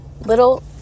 little